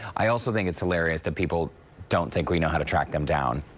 i also think it's hilarious that people don't think we know how to track them down.